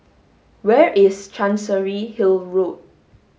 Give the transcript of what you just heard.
where is Chancery Hill Road